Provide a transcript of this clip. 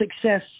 success